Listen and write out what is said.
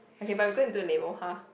okay but we're gonna do a ha